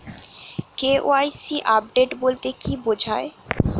KYC update বলতে কি বোঝায়?